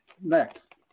Next